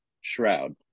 Shroud